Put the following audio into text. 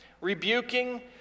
rebuking